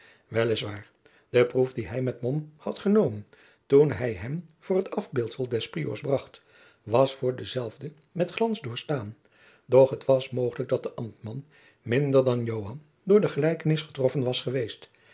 waar de proef die hij met mom had genomen toen hij hem voor het afbeeldsel des priors bracht was door denzelven met glans doorgestaan doch het was mogelijk dat de ambtman minder dan joan door de gelijkenis getroffen was geweest